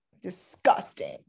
Disgusting